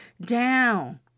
down